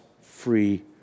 free